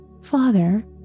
Father